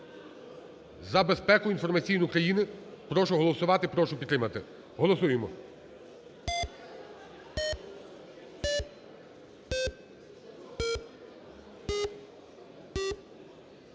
За безпеку інформаційну країни прошу голосувати, прошу підтримати. Голосуємо.